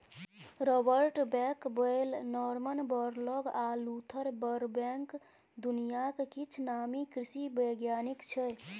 Robert Bakewell, Norman Borlaug आ Luther Burbank दुनियाक किछ नामी कृषि बैज्ञानिक छै